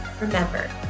Remember